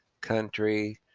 country